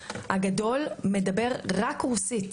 מדבר רק רוסית.